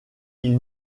ils